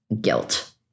guilt